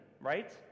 right